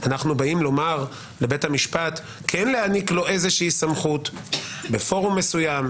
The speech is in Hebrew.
אנחנו באים לומר לבית המשפט כן להעניק לו איזושהי סמכות בפורום מסוים,